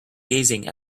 gazing